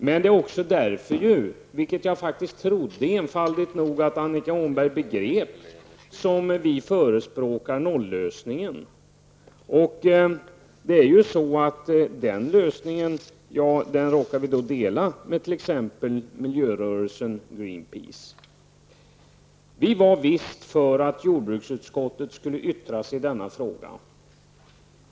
Men det är också därför, vilket jag enfaldigt nog trodde att Annika Åhnberg begrep, som vi förespråkar noll-lösningen. Den lösningen råkar vi ha gemensam med t.ex. miljörörelsen Vi var visst för att jordbruksutskottet skulle yttra sig i denna fråga.